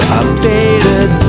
updated